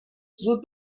زود